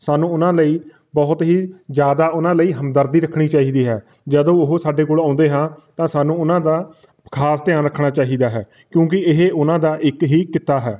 ਸਾਨੂੰ ਉਹਨਾਂ ਲਈ ਬਹੁਤ ਹੀ ਜ਼ਿਆਦਾ ਉਹਨਾਂ ਲਈ ਹਮਦਰਦੀ ਰੱਖਣੀ ਚਾਹੀਦੀ ਹੈ ਜਦੋਂ ਉਹ ਸਾਡੇ ਕੋਲ ਆਉਂਦੇ ਹਾਂ ਤਾਂ ਸਾਨੂੰ ਉਹਨਾਂ ਦਾ ਖਾਸ ਧਿਆਨ ਰੱਖਣਾ ਚਾਹੀਦਾ ਹੈ ਕਿਉਂਕਿ ਇਹ ਉਹਨਾਂ ਦਾ ਇੱਕ ਹੀ ਕਿੱਤਾ ਹੈ